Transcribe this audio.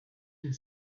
that